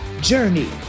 Journey